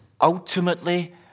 ultimately